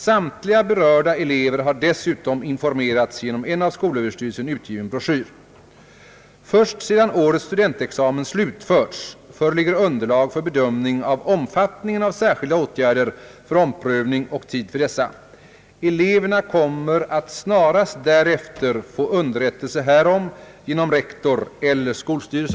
Samtliga berörda elever har dessutom informerats genom en av skolöverstyrelsen utgiven broschyr. Först sedan årets studentexamen slutförts föreligger underlag för bedömning av omfattningen av särskilda åtgärder för omprövning och tid för dessa. Eleverna kommer att snarast därefter få underrättelse härom genom rektor eller skolstyrelse.